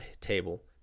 table